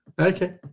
Okay